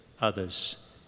others